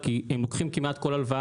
בכל זאת